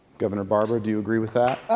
governor barbour, do you agree with that?